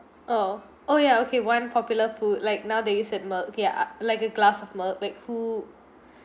oh oh ya okay one popular food like nowadays in milk okay uh like a glass of milk like who